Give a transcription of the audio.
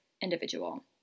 individual